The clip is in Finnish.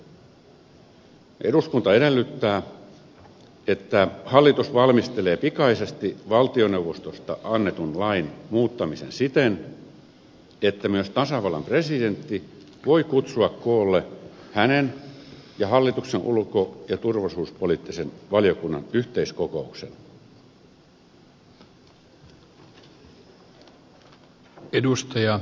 eduskunta edellyttää että hallitus valmistelee pikaisesti valtioneuvostosta annetun lain muuttamisen siten että myös tasavallan presidentti voi kutsua koolle hänen ja hallituksen ulko ja turvallisuuspoliittisen valiokunnan yhteiskokouksen